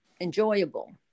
enjoyable